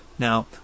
Now